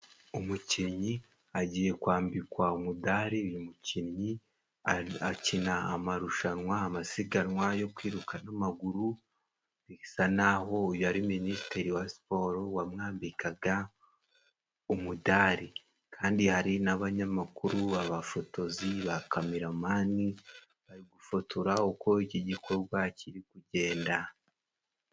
Umukinnyi agiye kwambikwa umudali. Uyu mukinnyi akina amarushanwa, amasiganwa yo kwiruka n'amaguru. Bisa n'aho uyu ari Minisitiri wa Siporo wamwambikaga umudali, kandi hari n'abanyamakuru b'abafotozi, ba kameramani bari gufotora uko iki gikorwa kiri kugenda.